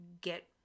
get